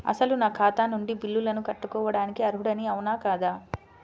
అసలు నా ఖాతా నుండి బిల్లులను కట్టుకోవటానికి అర్హుడని అవునా కాదా?